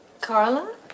Carla